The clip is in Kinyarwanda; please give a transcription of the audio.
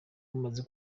umaze